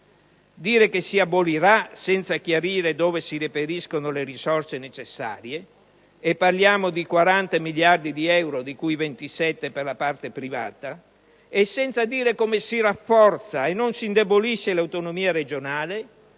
Dire che si abolirà senza chiarire dove si reperiranno le risorse necessarie - e parliamo di 40 miliardi di euro, di cui 27 per la parte privata - e senza dire come si rafforza e non si indebolisce l'autonomia regionale